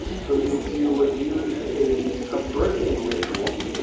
so you you would use a ah birthing ritual,